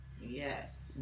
Yes